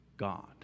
god